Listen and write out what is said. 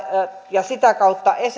ja sitä kautta